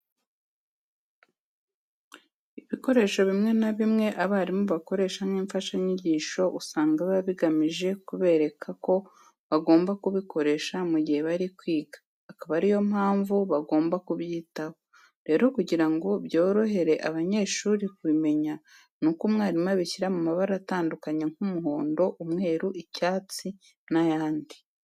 Ibikoresho bimwe na bimwe abarimu bakoresha nk'imfashanyigisho usanga biba bigamije kubereka ko bagomba kubikoresha mu gihe bari kwiga ikaba ari yo mpamvu bagomba no kubyitaho. Rero kugira ngo byorohere abanyeshuri kubimenya nuko umwarimu abishyira mu mabara atandukanye nk'umuhondo, umweru, icyatsi n'ayandi.